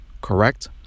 correct